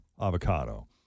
avocado